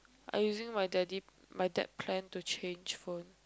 I using my daddy my dad plan to change phone